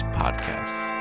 podcasts